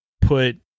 put